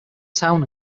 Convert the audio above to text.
town